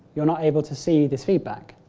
you are not able to see this feedback.